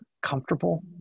comfortable